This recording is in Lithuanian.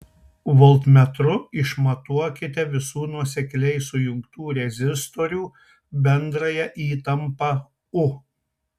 voltmetru išmatuokite visų nuosekliai sujungtų rezistorių bendrąją įtampą u